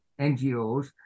NGOs